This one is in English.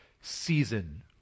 season